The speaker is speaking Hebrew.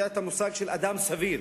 של אדם סביר,